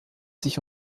sich